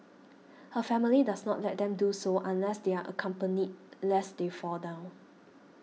her family does not let them do so unless they are accompanied lest they fall down